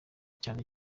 cyane